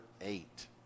Eight